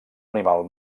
animal